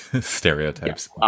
Stereotypes